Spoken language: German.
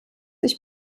ich